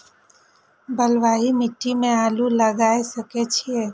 बलवाही मिट्टी में आलू लागय सके छीये?